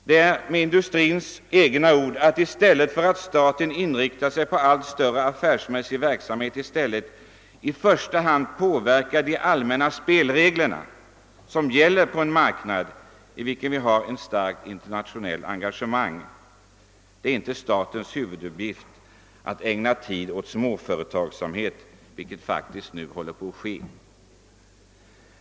Det är, med industrins egna ord, att staten i stället för att inrikta sig på alltmer omfattande affärsmässig verksamhet i första hand påverkar de allmänna spelregler som gäller på en marknad, i vilken vi har ett starkt internationellt engagemang. Det är inte statens huvuduppgift att ägna tid åt småföretagsamhet, vilket faktiskt nu tycks vara fallet.